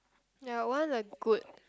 ya I want a good